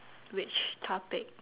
which topic